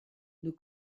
nos